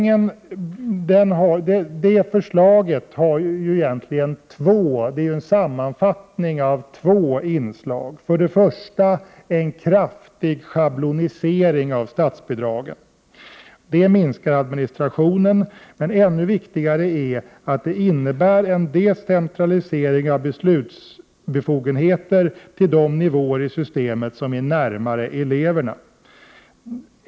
Förslaget om elevpeng utgör egentligen en sammanfattning av två delar. Den första är en kraftig schablonisering av statsbidragen. Detta minskar administrationen, men ännu viktigare är att det innebär decentralisering av beslutsbefogenheter till de nivåer i systemet som är närmare eleverna.